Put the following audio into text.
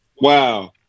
wow